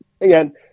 again